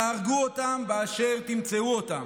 תהרגו אותם באשר תמצאו אותם,